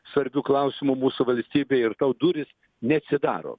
svarbių klausimų mūsų valstybei ir tau durys neatsidaro